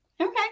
Okay